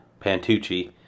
Pantucci